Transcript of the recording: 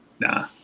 Nah